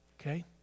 Okay